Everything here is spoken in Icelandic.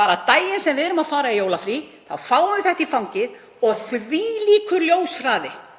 bara daginn sem við erum að fara í jólafrí, þá fáum við þetta í fangið. Og þvílíkur ljóshraði.